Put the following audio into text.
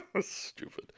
stupid